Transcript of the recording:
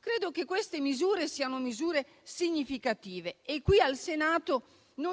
Credo che queste misure siano significative. Qui al Senato